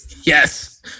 Yes